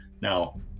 Now